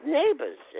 neighbors